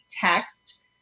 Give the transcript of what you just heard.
text